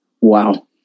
wow